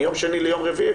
מיום שני ליום רביעי,